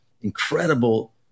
incredible